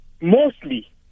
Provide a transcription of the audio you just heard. Mostly